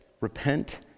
repent